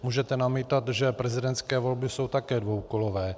Můžete namítat, že prezidentské volby jsou také dvoukolové.